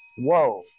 Whoa